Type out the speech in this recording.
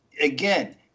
again